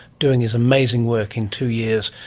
doing his amazing work in two years,